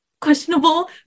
questionable